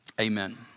Amen